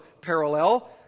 parallel